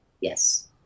Yes